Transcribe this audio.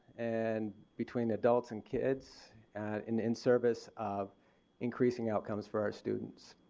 and between adults and kids and in in service of increasing outcomes for our students.